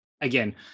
again